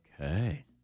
Okay